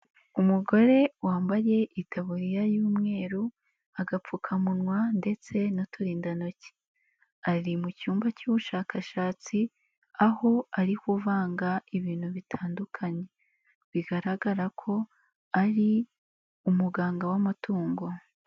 Umugore wambaye itaburiya y'umweru, agapfukamunwa ndetse n'uturindantoki, ari mu cyumba cy'ubushakashatsi aho ari kuvanga ibintu bitandukanye, bigaragara ko ari umuganga w'amatungo.